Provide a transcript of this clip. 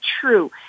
true